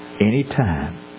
Anytime